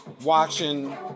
watching